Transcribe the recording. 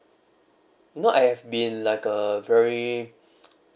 not I have been like a very